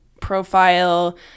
profile